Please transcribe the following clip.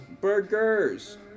Burgers